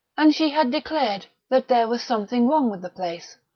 and she had declared that there was something wrong with the place.